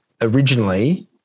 originally